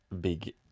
big